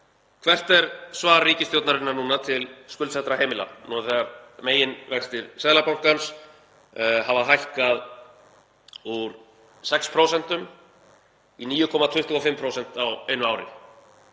Hvert er svar ríkisstjórnarinnar núna til skuldsettra heimila þegar meginvextir Seðlabankans hafa hækkað úr 6% í 9,25% á einu ári,